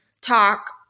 talk